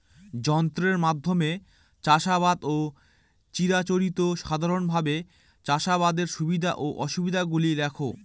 যন্ত্রের মাধ্যমে চাষাবাদ ও চিরাচরিত সাধারণভাবে চাষাবাদের সুবিধা ও অসুবিধা গুলি লেখ?